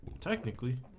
Technically